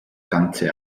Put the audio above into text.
ganze